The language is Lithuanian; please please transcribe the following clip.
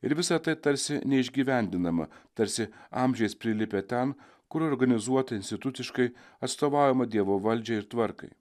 ir visa tai tarsi neišgyvendinama tarsi amžiams prilipę ten kur organizuota instituciškai atstovaujama dievo valdžiai ir tvarkai